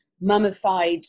mummified